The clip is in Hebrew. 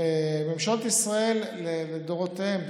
וממשלות ישראל לדורותיהן,